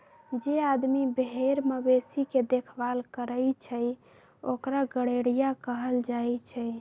जे आदमी भेर मवेशी के देखभाल करई छई ओकरा गरेड़िया कहल जाई छई